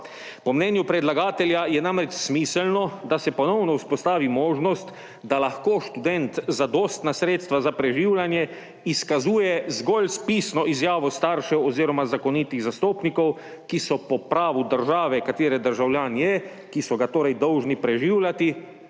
Po mnenju predlagatelja je namreč smiselno, da se ponovno vzpostavi možnost, da lahko študent zadostna sredstva za preživljanje izkazuje zgolj s pisno izjavo staršev oziroma zakonitih zastopnikov, ki so ga po pravu države, katere državljan je, dolžni preživljati,